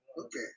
okay